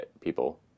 people